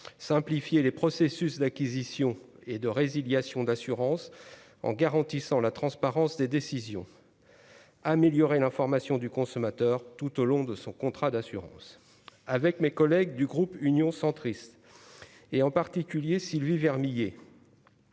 simplifier les processus d'acquisition et de résiliation d'assurances en garantissant la transparence des décisions. Améliorer l'information du consommateur tout au long de son contrat d'assurance avec mes collègues du groupe Union centriste et en particulier Sylvie Vermeillet